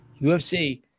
UFC